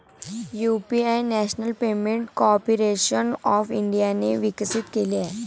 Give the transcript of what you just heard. UPI national payment corporation of इंडियाने विकसित केले आहे